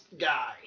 guy